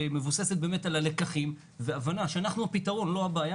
שמבוססת על הלקחים ועל ההבנה שאנחנו הפתרון ולא הבעיה,